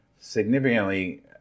significantly